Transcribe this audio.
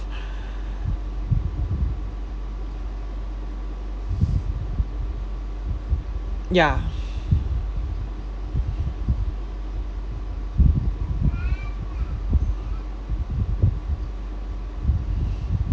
ya